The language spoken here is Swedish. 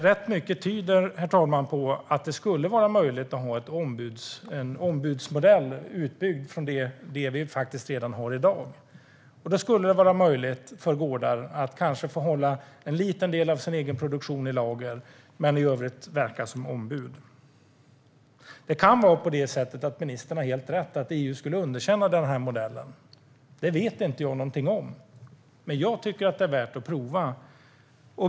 Rätt mycket tyder på att det skulle vara möjligt att ha en ombudsmodell utbyggd från det vi redan har i dag. Då skulle det vara möjligt för gårdar att kanske få hålla en liten del av sin egen produktion i lager men i övrigt verka som ombud. Det kan vara på det sättet att ministern har helt rätt i att EU skulle underkänna den modellen. Det vet inte jag någonting om, men jag tycker att det är värt att prova.